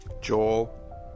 Joel